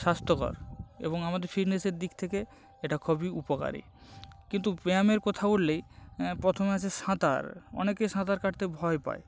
স্বাস্থ্যকর এবং আমাদের ফিটনেসের দিক থেকে এটা খুবই উপকারী কিন্তু ব্যায়ামের কথা উঠলেই অ্যাঁ প্রথমে আসে সাঁতার অনেকে সাঁতার কাটতে ভয় পায়